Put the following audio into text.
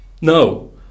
No